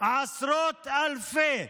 עשרות אלפים,